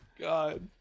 God